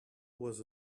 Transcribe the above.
was